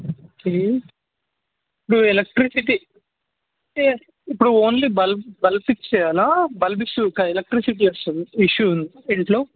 okay ఇప్పుడు electricity ఇప్పుడు only bulb bulb fix చేయాలా బల్బ్ ఇష్యూ ఎలక్ట్రిసిటీ వస్తుంది ఇష్యూ ఉ ఇంట్లో